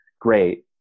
great